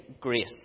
grace